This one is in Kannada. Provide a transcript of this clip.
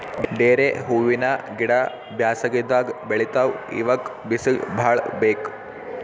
ಡೇರೆ ಹೂವಿನ ಗಿಡ ಬ್ಯಾಸಗಿದಾಗ್ ಬೆಳಿತಾವ್ ಇವಕ್ಕ್ ಬಿಸಿಲ್ ಭಾಳ್ ಬೇಕ್